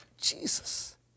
Jesus